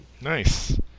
Nice